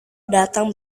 datang